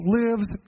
lives